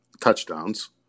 touchdowns